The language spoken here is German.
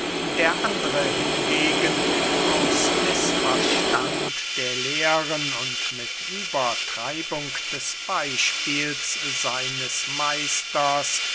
der andere hingegen aus mißverstand der lehren und mit übertreibung des beyspiels seines meisters